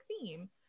theme